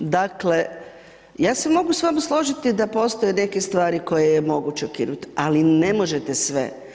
Dakle, ja se mogu s vama složiti da postoje neke stvari koje je moguće ukinuti, ali ne možete sve.